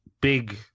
big